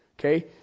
okay